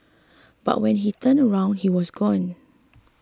but when he turned around he was gone